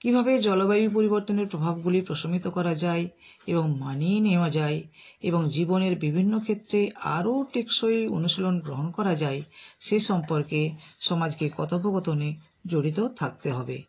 কীভাবে জলবায়ু পরিবর্তনের প্রভাবগুলি প্রশমিত করা যায় এবং মানিয়ে নেওয়া যায় এবং জীবনের বিভিন্ন ক্ষেত্রে আরো টেকসই অনুশীলন গ্রহণ করা যায় সে সম্পর্কে সমাজকে কথোপকথনে জড়িত থাকতে হবে